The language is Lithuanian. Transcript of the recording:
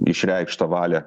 išreikštą valią